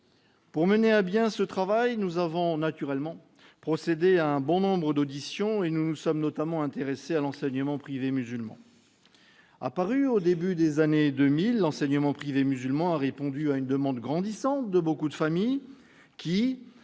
Pour mener à bien ce travail, nous avions évidemment procédé à bon nombre d'auditions et nous nous étions notamment intéressés à l'enseignement privé musulman. Apparu au début des années 2000, l'enseignement privé musulman a répondu à une demande grandissante de nombreuses familles qui,